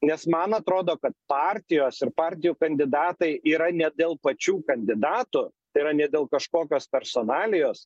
nes man atrodo kad partijos ir partijų kandidatai yra ne dėl pačių kandidatų tai yra ne dėl kažkokios personalijos